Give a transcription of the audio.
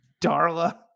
Darla